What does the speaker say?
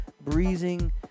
breezing